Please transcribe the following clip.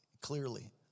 clearly